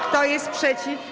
Kto jest przeciw?